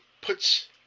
puts